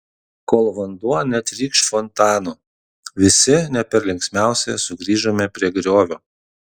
kol vanduo netrykš fontanu visi ne per linksmiausi sugrįžome prie griovio